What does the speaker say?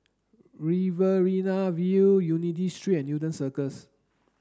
Riverina View Unity Street and Newton Circus